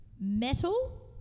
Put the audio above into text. Metal